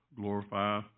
glorify